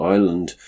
Island